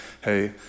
Hey